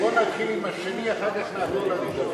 בוא נתחיל עם השני, אחר כך נעבור לראשון.